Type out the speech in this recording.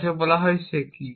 যাকে বলা হয় শেকি